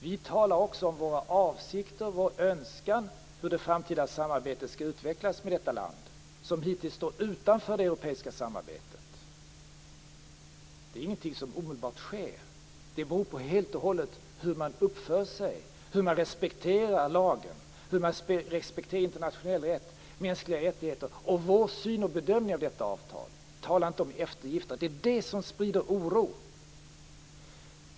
Vi talar också om våra avsikter och vår önskan om hur det framtida samarbetet skall utvecklas med detta land, som hittills stått utanför det europeiska samarbetet. Det är ingenting som sker omedelbart. Det beror helt och hållet på hur man uppför sig, hur man respekterar lagen, hur man respekterar internationell rätt och mänskliga rättigheter och vår syn och bedömning av detta avtal. Tala inte om eftergifter! Det är det som sprider oro.